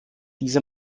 diese